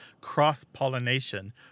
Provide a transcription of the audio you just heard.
cross-pollination